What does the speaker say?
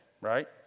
right